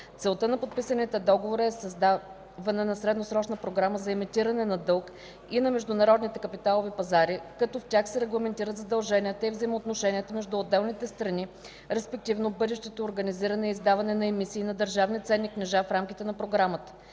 Целта на подписаните договори е създаване на средносрочна програма за емитиране на дълг на международните капиталови пазари, като в тях се регламентират задълженията и взаимоотношенията между отделните страни, респективно бъдещото организиране и издаване на емисии на държавни ценни книжа в рамките на програмата.